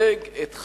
מייצג את חד"ש,